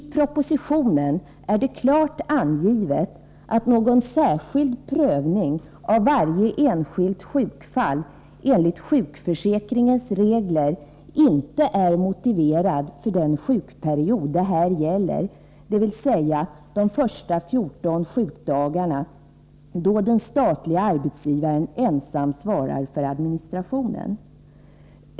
I propositionen är det klart angivet att någon särskild prövning av sättningar vid statsvarje enskilt sjukfall enligt sjukförsäkringens regler inte är motiverad för den = anställdas s juk sjukperiod det här gäller, dvs. de första 14 sjukdagarna, då den statliga arbetsgivaren ensam svarar för administrationen.